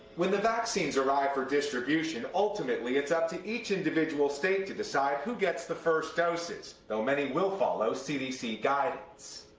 when the vaccines arrive for distribution, ultimately it's up to each individual state to decide who gets the first doses. though many will follow cdc guidance.